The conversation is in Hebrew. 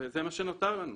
וזה מה שנותר לנו.